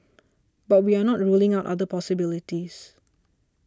but we are not ruling out other possibilities